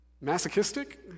masochistic